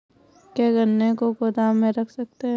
क्या गन्ने को गोदाम में रख सकते हैं?